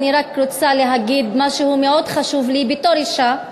אני רק רוצה להגיד משהו שמאוד חשוב לי בתור אישה: